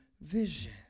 vision